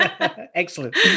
Excellent